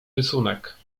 rysunek